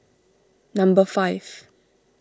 number five